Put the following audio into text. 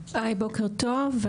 היי בוקר טוב,